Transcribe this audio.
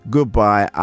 Goodbye